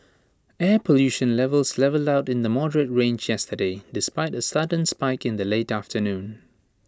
air pollution levels levelled out in the moderate range yesterday despite A sudden spike in the late afternoon